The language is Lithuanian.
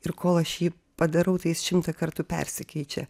ir kol aš jį padarau tai jis šimtą kartų persikeičia